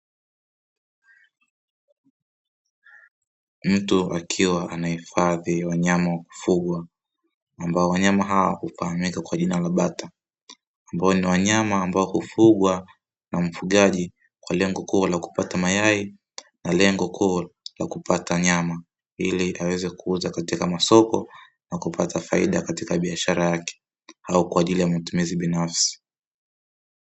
mtu akiwa anahifadhi wanyama wa kufugwa ambao wanyama hao hufaamika kwa jina la bata ambao ni wanyama ambao hufugwa na mfugaji, kwa lengo kuu la kupata mayai na lengo kuu la kupata nyama, ili aweze kuuza katika masoko na kupata faidi akatika biashara yake au kwaajili ya matumizi binafsi.